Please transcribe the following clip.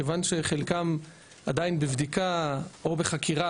כיוון שחלקם עדיין בבדיקה או בחקירה,